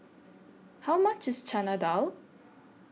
How much IS Chana Dal